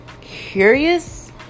curious